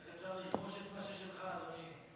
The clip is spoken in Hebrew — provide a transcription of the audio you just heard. איך אפשר לכבוש את מה ששלך, אדוני?